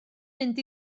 mynd